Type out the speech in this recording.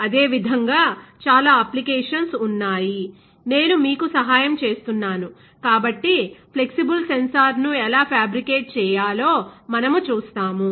అదే విధంగా చాలా అప్లికేషన్స్ ఉన్నాయి నేను మీకు సహాయం చేస్తున్నాను కాబట్టి ఫ్లెక్సిబుల్ సెన్సార్ను ఎలా ఫ్యాబ్రికేట్ చేయాలో మనము చూస్తాము